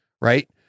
right